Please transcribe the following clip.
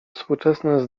współczesne